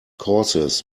causes